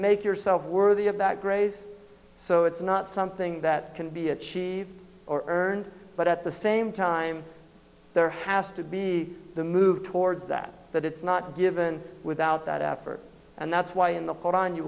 make yourself worthy of that grace so it's not something that can be achieved or earned but at the same time there has to be the move towards that that it's not given without that effort and that's why in the koran you